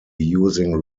using